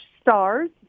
stars